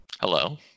Hello